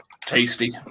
tasty